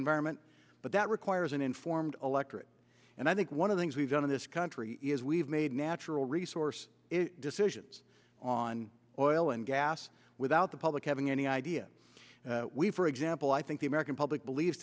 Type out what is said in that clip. environment but that requires an informed electorate and i think one of the things we've done in this country is we've made natural resource decisions on oil and gas without the public having any idea we for example i think the american public believes